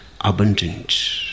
abundant